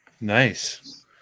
Nice